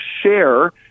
share